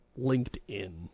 LinkedIn